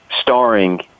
starring